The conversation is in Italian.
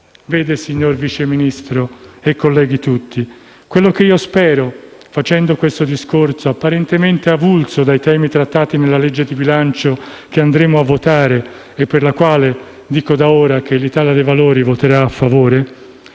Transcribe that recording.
affida. Signor Vice Ministro e colleghi tutti, quello che io spero facendo questo discorso, apparentemente avulso dai temi trattati nel disegno di legge di bilancio che andremo a votare - sul quale dico sin da ora che l'Italia dei Valori esprimerà un voto